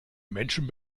menschen